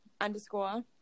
underscore